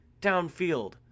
downfield